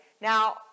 now